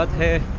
ah here.